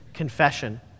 Confession